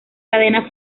cadena